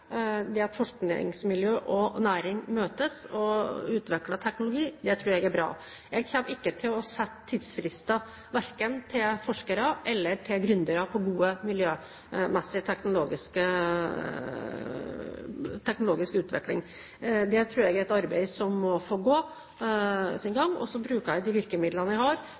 det at forskningsmiljø og næring møtes og utvikler teknologi, er bra. Jeg kommer ikke til å sette tidsfrister for verken forskere eller gründere når det gjelder god miljømessig teknologisk utvikling. Det tror jeg er et arbeid som må få gå sin gang. Så bruker jeg de virkemidlene jeg har